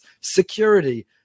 security